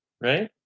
right